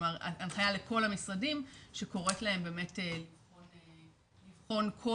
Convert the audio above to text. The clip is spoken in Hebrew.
כלומר הנחיה לכל המשרדים שקוראת להם באמת לבחון כל